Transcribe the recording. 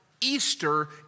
Easter